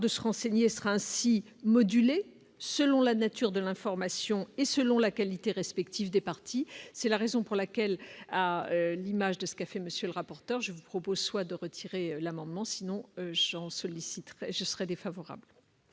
de se renseigner, sera ainsi moduler selon la nature de l'information et selon la qualité respective des partis, c'est la raison pour laquelle, à l'image de ce qu'a fait monsieur le rapporteur, je vous propose soit de retirer l'amendement sinon chance solliciterai je serais défavorable.